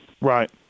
Right